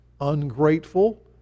ungrateful